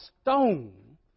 stone